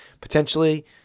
potentially